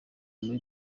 muri